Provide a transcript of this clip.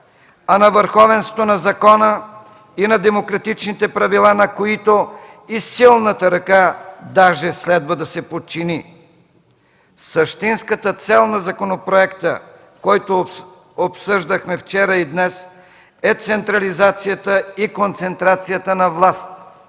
а на върховенството на закона и на демократичните правила, на които и силната ръка даже следва да се подчини. Същинската цел на законопроекта, който обсъждахме вчера и днес, е централизацията и концентрацията на власт”.